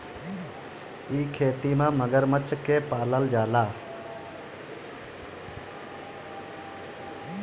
इ खेती में मगरमच्छ के पालल जाला